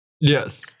Yes